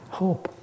hope